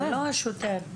השוטר.